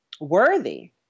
Worthy